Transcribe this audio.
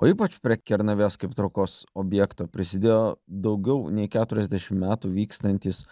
o ypač prie kernavės kaip traukos objekto prisidėjo daugiau nei keturiasdešim metų vykstantis